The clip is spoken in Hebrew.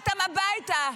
אנשים שלא יחזירו אותם הביתה.